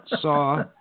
saw